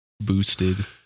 boosted